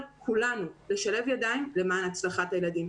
כולנו לשלב ידיים למען ההצלחה של הילדים.